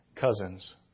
cousins